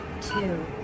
two